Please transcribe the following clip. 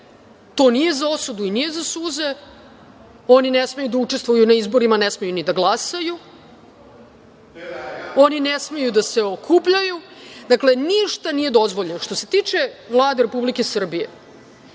to nije za osudu i nije za suze. Oni ne smeju da učestvuju na izborima, ne smeju ni da glasaju. Oni ne smeju da se okupljaju. Dakle, ništa nije dozvoljeno. Što se tiče Vlade Republike Srbije,